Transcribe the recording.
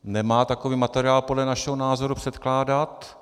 Nemá takový materiál podle našeho názoru předkládat.